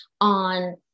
on